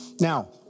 Now